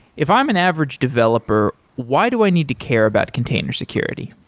if i'm an average developer, why do i need to care about container security?